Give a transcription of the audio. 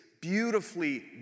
beautifully